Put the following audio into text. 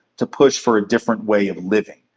to push for a different way of living?